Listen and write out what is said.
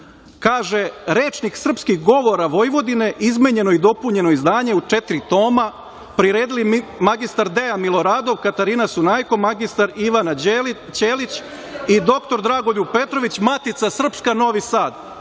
Rečnik srpskih govora Vojvodine, izmenjeno i dopunjeno izdanje u četiri toma, priredili mr Dejan Milorad, Katarina Sunajko, mr Ivana Ćelić i dr Dragoljub Petrović, Matica srpska, Novi Sad,